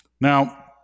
Now